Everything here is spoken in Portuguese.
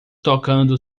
tocando